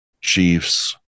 chiefs